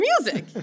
music